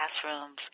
classrooms